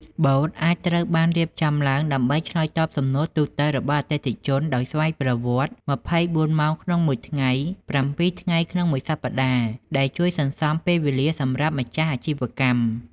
បូតអាចត្រូវបានរៀបចំឡើងដើម្បីឆ្លើយតបសំណួរទូទៅរបស់អតិថិជនដោយស្វ័យប្រវត្តិ ២៤ ម៉ោងក្នុងមួយថ្ងៃ ៧ ថ្ងៃក្នុងមួយសប្ដាហ៍ ដែលជួយសន្សំពេលវេលាសម្រាប់ម្ចាស់អាជីវកម្ម។